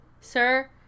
Sir